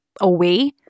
away